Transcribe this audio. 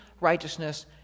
righteousness